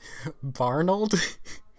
Barnold